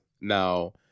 Now